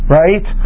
right